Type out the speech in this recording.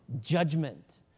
judgment